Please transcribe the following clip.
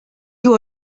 you